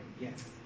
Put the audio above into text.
Yes